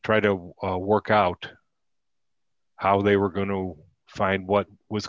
try to work out how they were going to find what was